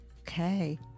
Okay